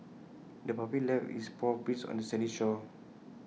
the puppy left its paw prints on the sandy shore